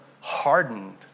hardened